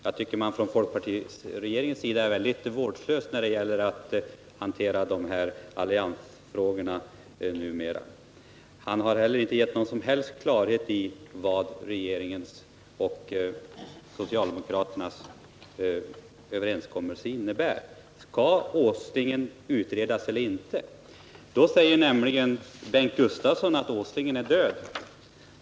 Jag tycker att man från regeringens sida numera är vårdslös när det gäller att hantera alliansfrågorna. Försvarsministern har inte heller givit någon som helst klarhet om vad regeringens och socialdemokraternas överenskommelse innebär. Skall Åslingen utredas eller inte? Bengt Gustavsson säger att Åslingen är död.